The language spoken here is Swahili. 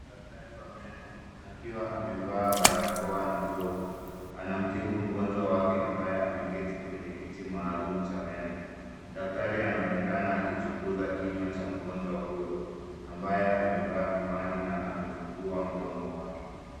Daktari wa meno akiwa amevaa barakoa na glovu anamtibu mgonjwa wake ambaye ameketi kwenye kiti maalum cha meno. Daktari anaonekana akichunguza kinywa cha mgonjwa huyo ambaye amevaa miwani na amefumbua mdomo wake.